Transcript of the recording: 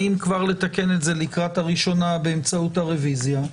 האם כבר לתקן את זה לקראת הראשונה באמצעות הרוויזיה,